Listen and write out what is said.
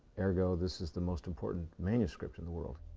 ergo, this is the most important manuscript in the world.